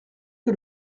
que